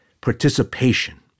participation